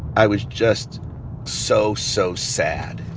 i was just so, so sad.